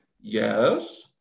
Yes